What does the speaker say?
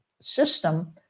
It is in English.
system